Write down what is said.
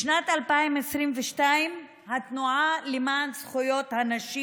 בשנת 2022 התנועה למען זכויות הנשים